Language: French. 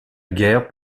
guerre